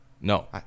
No